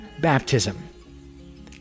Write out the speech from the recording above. baptism